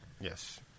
Yes